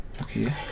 Okay